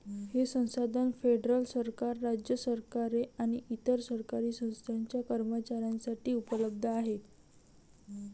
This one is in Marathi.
हे संसाधन फेडरल सरकार, राज्य सरकारे आणि इतर सरकारी संस्थांच्या कर्मचाऱ्यांसाठी उपलब्ध आहे